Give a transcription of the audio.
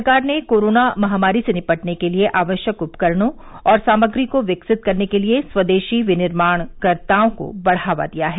सरकार ने कोरोना महामारी से निपटने के लिए आवश्यक उपकरणों और सामग्री को विकसित करने के लिए स्वदेशी विनिर्माणकर्ताओं को बढ़ावा दिया है